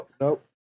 nope